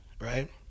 right